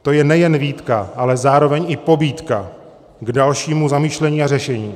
To je nejen výtka, ale zároveň i pobídka k dalšímu zamyšlení a řešení.